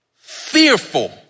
fearful